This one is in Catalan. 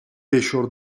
eixos